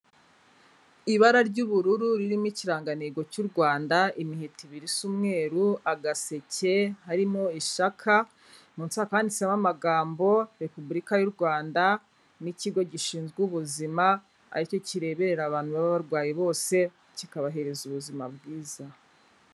Ibara ry'ubururu ririmo ikirangantego cy'u Rwanda, imiheto ibiri isa umweru, agaseke harimo ishaka. Munsi hakaba handitseho amagambo Repubulika y'u Rwanda n'ikigo gishinzwe ubuzima ari cyo kireberera abantu baba barwayi bose kikabahereza ubuzima bwiza.